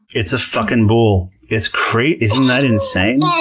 it's a fucking boule. it's crazy. isn't that insane?